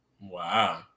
Wow